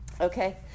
okay